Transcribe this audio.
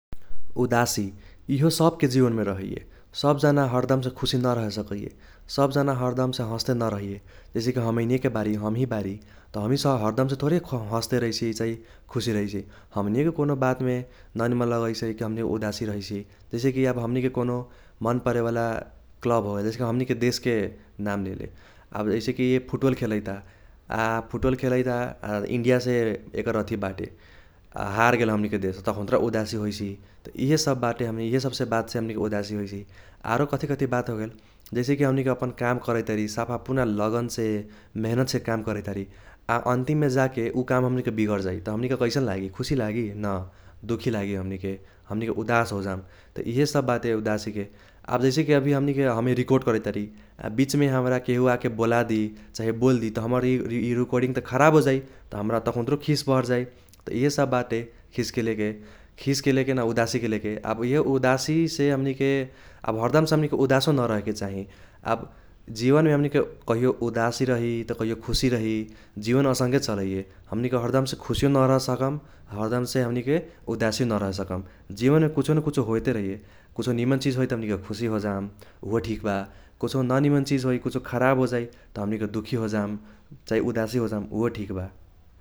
उदासी इहो सबके जीवनमे रहैये । सब जाना हरदमसे खुसी न रहे सकैये । सब जाना हरदमसे हस्ते न रहैये । जैसे कि हमैनियेके बारी हमही बारी त हमनी हरदमसे थोरही हस्ते रहैसि चाही खुसी रहैसि । हमनियोके कौनो बातमे न निमन लगैसै, कि हमनीयो उदासी रहैसि । जैसे कि आब हमनीके कौनो मन परेवाला क्लब होगेल जैसे कि हमनीके देशके नाम लेले । आब जैसे कि फूटबल खेलैता आ फूटबल खेलैता आ इंडियासे एकर अथि बाटे । आ हार गेल हमनीके देश तखून्टत्रा उदासी होईसी । त इहेसब बाटे हमे इहेसबसे बातसे हमनीके उदासी होईसी । आरो कथी कथी बात होगेल जैसे कि हमनीके अपन काम करैतारी साफा पूरा लगनसे मिहीनेतसे काम करैतारी आ अन्तिम जाके उ काम हमनीके बिगर जाइ त हमनीके कैसन लागि खुसी लागि न दुखी लागि हमनीके । हमनीके उदास होजाम, त इहेसब बाटे उदासीके । आब जैसे कि अभी हमनीके हमे रिकार्ड करैतारी आ बिचमे हमरा आके केहु बोलादी चाही बोल्दि त हमर इ रोकॉर्डिंग त खराब होजाइ । त हमरा तखून्त्रो खीस बर्हजाइ त इहेसब बाटे खीसके लेके खीसके लेके न उदासीके लेके । आब इहे उदासीसे हमनीके आब हरदमसे हमनीके उदासो न रहेके चाही । आब जीवनमे हमनीके कहियो उदासी रही त कहियो खुसी रही । जीवन असंके चलैये, हमनीके हरदमसे खुसियो न रहेसकम, हरदमसे हमनीके उदासियो न रहेसकम । जीवनमे कुछो न कुछो होएते रहैये, कुछो निमन चिज होइत हमनीके खुसी होजाम उहो ठीक बा । कुछो न निमन चिज होइ कुछो खराब होजाइ त हमनीके दुखी होजाम चाही उदासी होजाम उहो ठीक बा ।